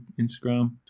Instagram